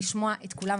לשמוע את כולם.